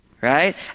Right